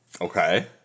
Okay